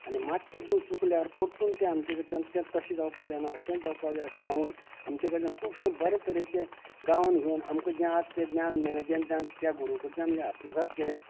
आनी मातशें पसून चूकल्यार परतून तें आमचे कडच्यान तें तशें जावपाक जायना अशेंच जावपाक जाय अशें सांगून आमचे कडच्यान खूबशें बरें तरेचें गावन घेवन आमकां जें आज तें ज्ञान मेळ्ळे जें ज्ञान त्या गुरू कडच्यान जें आत्मसाद केलें